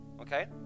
okay